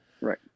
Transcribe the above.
Right